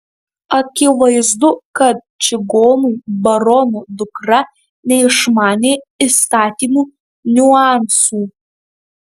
akivaizdu kad čigonų barono dukra neišmanė įstatymų niuansų